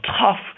tough